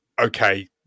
okay